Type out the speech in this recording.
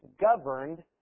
governed